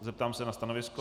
Zeptám se na stanovisko.